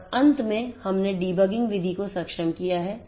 और अंत में हमने DEBUGGING विधि को सक्षम किया है